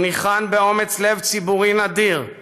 הוא ניחן באומץ לב ציבורי נדיר,